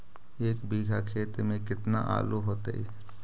एक बिघा खेत में केतना आलू होतई?